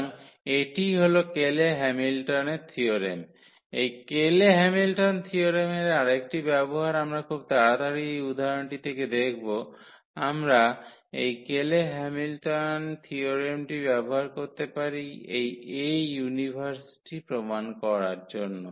সুতরাং এটিই হল কেলে হ্যামিল্টনের থিয়োরেম এই কেলে হ্যামিল্টন থিয়োরেমের আরেকটি ব্যবহার আমরা খুব তাড়াতাড়ি এই উদাহরণটি থেকে দেখব আমরা এই কেলে হ্যামিল্টন থিয়োরেমটি ব্যবহার করতে পারি এই A ইনভার্সটি প্রমাণ করার জন্য